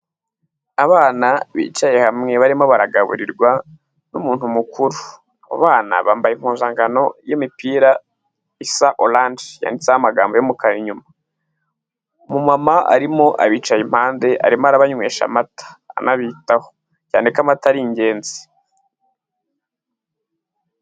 Abana bicaye hamwe, barimo baragaburirwa n'umuntu mukuru. Abo bana bambaye impuzankano y'imipira isa oranje yanditseho amagambo y'umukara inyuma. Umumama arimo abicaye impande, arimo arabanywesha amata anabitaho. Cyane ko amata ari ingenzi.